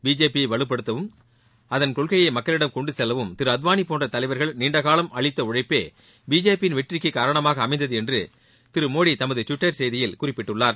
பிஜேபியை வலுப்படுத்தவும் அதன் கொள்கையை மக்களிடம் கொண்டு செல்லவும் திரு அத்வானி போன்ற தலைவர்கள் நீண்ட காலம் அளித்த உழைப்பே பிஜேபி யின் வெற்றிக்கு காரணமாக அமைந்தது என்று திரு மோடி தமது டுவிட்டர் செய்தியில் குறிப்பிட்டுள்ளார்